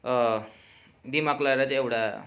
दिमाग लाएर चाहिँ एउटा